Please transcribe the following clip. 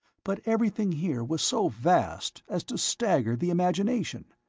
but everything here was so vast as to stagger the imagination.